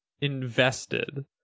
invested